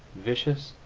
vicious,